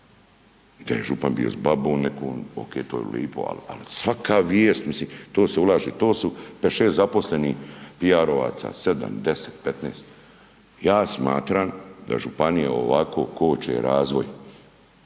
Da je župan bio s babom nekom, oke, to je lijepo, ali svaka vijest, mislim to se ulaže, to su, 5, 6 zaposlenih PR-ovaca, 7, 10, 15. Ja smatram da županije u ovako koče razvoj